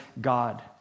God